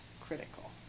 critical